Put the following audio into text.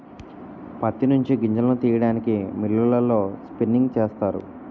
ప్రత్తి నుంచి గింజలను తీయడానికి మిల్లులలో స్పిన్నింగ్ చేస్తారు